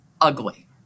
ugly